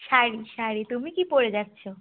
শাড়ি শাড়ি তুমি কী পরে যাচ্ছ